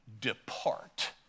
Depart